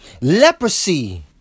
leprosy